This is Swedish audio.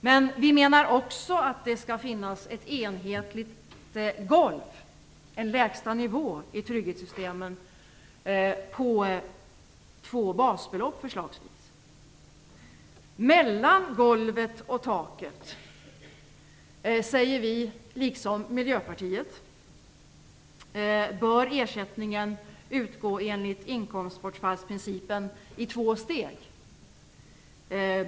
Men vi menar också att det skall finnas ett enhetligt golv, en lägsta nivå i trygghetssystemen, på förslagsvis 2 basbelopp. Mellan golvet och taket - säger vi, liksom Miljöpartiet - bör ersättningen utgå enligt inkomstbortfallsprincipen i två steg.